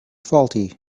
faulty